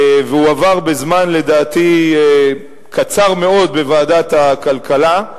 והוא עבר לדעתי בזמן קצר מאוד בוועדת הכלכלה.